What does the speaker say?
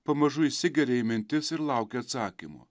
pamažu įsigeria į mintis ir laukia atsakymo